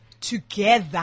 together